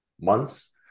months